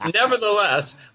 Nevertheless